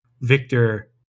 Victor